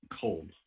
cold